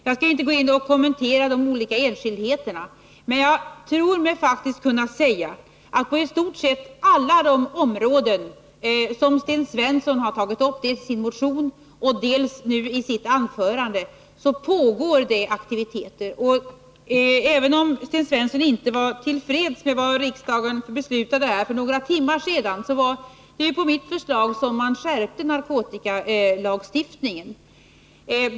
Jag skall inte kommentera de olika enskildheterna, men jag tror mig faktiskt kunna säga att på i stort sett alla de områden som Sten Svensson har tagit upp dels i motionen, dels nu i sitt anförande pågår det aktiviteter. Även om Sten Svensson inte var till freds med vad riksdagen beslutade för några timmar sedan, var det på mitt förslag som man skärpte narkotikalagstiftningen.